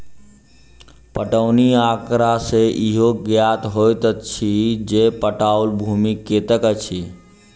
पटौनी आँकड़ा सॅ इहो ज्ञात होइत अछि जे पटाओल भूमि कतेक अछि